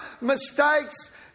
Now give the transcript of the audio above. mistakes